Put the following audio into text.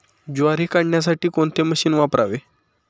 ज्वारी काढण्यासाठी कोणते मशीन वापरावे?